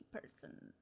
person